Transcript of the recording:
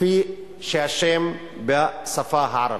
כפי שהשם בשפה הערבית.